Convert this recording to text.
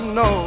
no